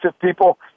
people